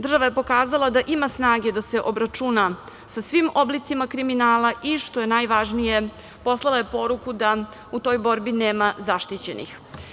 Država je pokazala da ima snage da se obračuna sa svim oblicima kriminala i što je najvažnije poslala je poruku da u toj borbi nema zaštićenih.